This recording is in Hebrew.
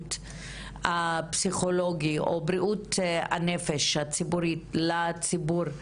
השירות הפסיכולוגי או בריאות הנפש הציבורית לציבור,